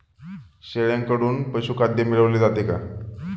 शेळ्यांकडून पशुखाद्य मिळवले जाते का?